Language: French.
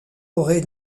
aurait